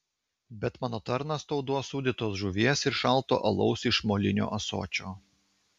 bet mano tarnas tau duos sūdytos žuvies ir šalto alaus iš molinio ąsočio